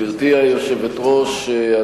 גברתי היושבת-ראש,